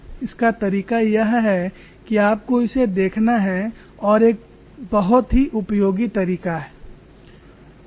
इसका तरीका यह है कि आपको इसे देखना है और एक बहुत ही उपयोगी तरीका है